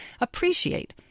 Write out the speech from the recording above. appreciate